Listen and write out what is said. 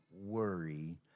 worry